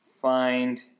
find